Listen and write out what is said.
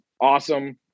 awesome